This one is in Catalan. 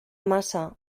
massa